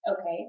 Okay